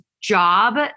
job